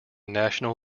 national